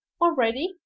already